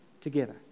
together